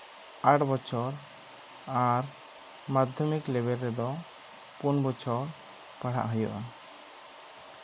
ᱟᱴ ᱵᱚᱪᱷᱚᱨ ᱟᱨ ᱢᱟᱫᱽᱫᱷᱚᱢᱤᱠ ᱞᱮᱵᱮᱞ ᱨᱮᱫᱚ ᱯᱩᱱ ᱵᱚᱪᱷᱚᱨ ᱯᱟᱲᱦᱟᱜ ᱦᱩᱭᱩᱜᱼᱟ